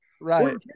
Right